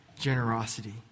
generosity